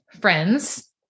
friends